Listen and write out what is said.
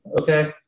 okay